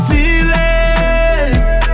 Feelings